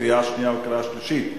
קריאה שנייה וקריאה שלישית.